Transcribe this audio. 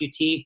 UT